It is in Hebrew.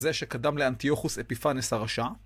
זה שקדם לאנטיוכוס אפיפאנס הרשע.